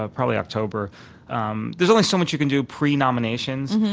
ah probably october um there's only so much you can do pre-nominations,